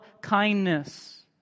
kindness